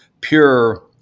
pure –